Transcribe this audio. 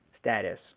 status